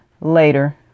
later